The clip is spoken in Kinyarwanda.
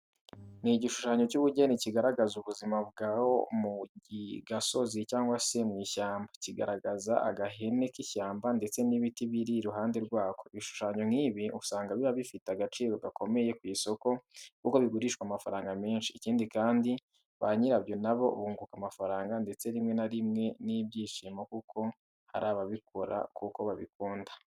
Ni igishushanyo cy'ubugeni kigaragaza ubuzima bwo mu gasozi cyangwa se mu ishyamba. Kiragaragaza agahene k'ishyamba ndetse n'ibiti biri iruhande rwako. Ibishushanyo nk'ibi usanga biba bifite agaciro gakomeye ku isoko kuko bigurishwa amafaranga menshi. Ikindi kandi, ba nyirabyo na bo bunguka amafaranga ndetse rimwe na rimwe n'ibyishimo kuko hari ababikora kuko babikunda.